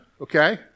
okay